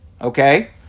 Okay